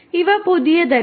അതിനാൽ ഇവ പുതിയതല്ല